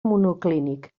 monoclínic